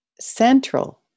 central